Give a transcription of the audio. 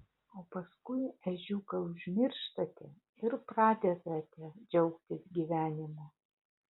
o paskui ežiuką užmirštate ir pradedate džiaugtis gyvenimu